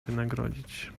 wynagrodzić